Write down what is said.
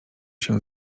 się